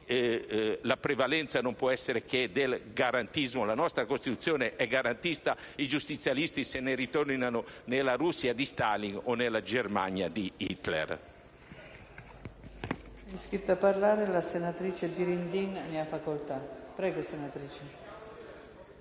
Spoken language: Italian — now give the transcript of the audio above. la prevalenza non può che essere del garantismo. La nostra Costituzione è garantista; i giustizialisti se ne ritornino nella Russia di Stalin o nella Germania di Hitler.